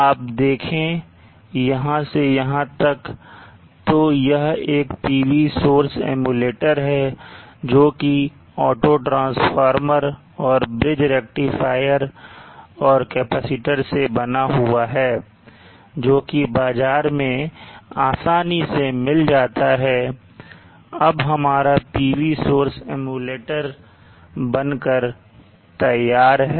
आप देखें यहां से यहां तक तो यह एक PV सोर्स एम्युलेटर है जोकि ऑटो ट्रांसफॉर्मर और ब्रिज रेक्टिफायर और कैपेसिटर से बना हुआ है जोकि बाजार में आसानी से मिल जाता है अब हमारा PV सोर्स एम्युलेटर बनकर तैयार है